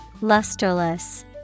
Lusterless